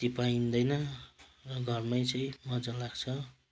ती पाइन्दैन र घरमै चाहिँ मजा लाग्छ